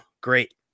great